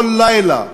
כל לילה,